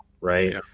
Right